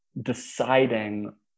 deciding